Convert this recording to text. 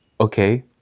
okay